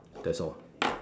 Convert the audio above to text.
that's all